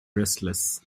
restless